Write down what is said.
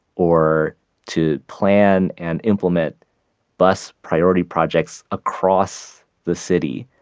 or to plan and implement bus priority projects across the city,